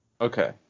Okay